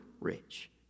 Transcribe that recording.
rich